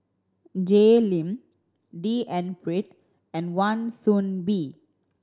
Jay Lim D N Pritt and Wan Soon Bee